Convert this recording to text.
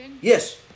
Yes